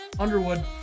Underwood